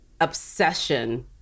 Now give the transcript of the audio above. obsession